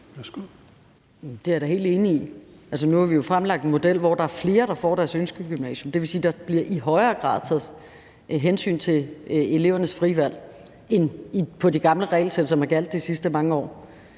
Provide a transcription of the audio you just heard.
Det er jeg da helt enig i. Nu har vi jo fremlagt en model, hvor der er flere, der kommer på deres ønskegymnasium. Det vil sige, at der i højere grad bliver taget hensyn til elevernes frie valg, end der gjorde med det gamle regelsæt, som har gjaldt de sidste mange år.